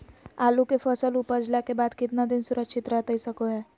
आलू के फसल उपजला के बाद कितना दिन सुरक्षित रहतई सको हय?